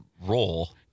role